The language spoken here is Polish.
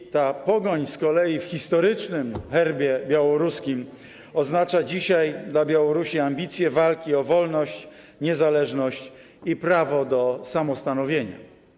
I ta Pogoń z kolei w historycznym herbie białoruskim oznacza dzisiaj dla Białorusi ambicje walki o wolność, niezależność i prawo do samostanowienia.